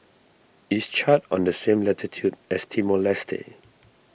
is Chad on the same latitude as Timor Leste